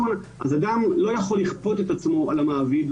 אדם לא יכול לכפות את עצמו על המעביד,